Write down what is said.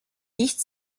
nicht